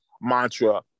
mantra